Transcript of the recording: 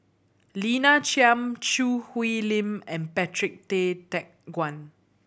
Lina Chiam Choo Hwee Lim and Patrick Tay Teck Guan